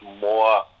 more